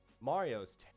Mario's